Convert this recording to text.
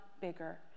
bigger